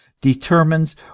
determines